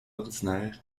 ordinaire